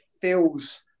feels